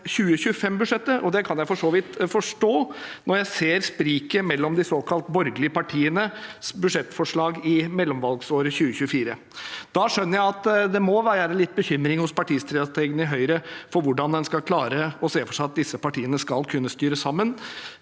2025budsjettet, og det kan jeg for så vidt forstå. Når jeg ser spriket mellom de såkalt borgerlige partienes budsjettforslag i mellomvalgsåret 2024, skjønner jeg at det må være litt bekymring hos partistrategene i Høyre for hvordan en skal klare å se for seg at disse partiene skal kunne styre sammen